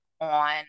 on